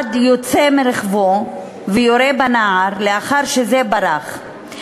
המתועד יוצא מרכבו ויורה בנער לאחר שזה ברח,